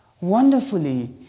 wonderfully